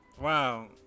wow